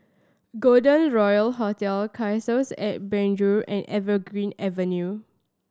Golden Royal Hotel Cassia at Penjuru and Evergreen Avenue